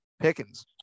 Pickens